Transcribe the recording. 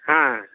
হ্যাঁ